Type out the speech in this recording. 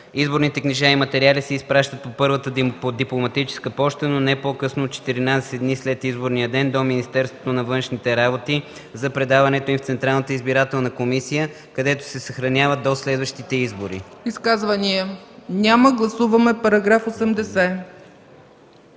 Изборните книжа и материали се изпращат по първата дипломатическа поща, но не по-късно от 14 дни след изборния ден до Министерството на външните работи за предаването им в Централната избирателна комисия, където се съхраняват до следващите избори.” ПРЕДСЕДАТЕЛ ЦЕЦКА ЦАЧЕВА: Изказвания?